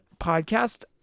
podcast